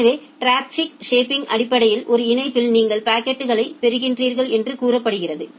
எனவே traffic shaping அடிப்படையில் ஒரு இணைப்பில் நீங்கள் பாக்கெட்டுகளைப் பெறுகிறீர்கள் என்று கூறப்படுகிறது